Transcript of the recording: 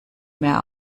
mehr